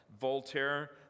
Voltaire